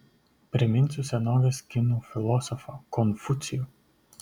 priminsiu senovės kinų filosofą konfucijų